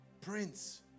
Prince